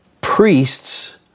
priests